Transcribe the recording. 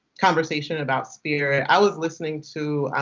conversation about spirit. i was listening to